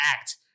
act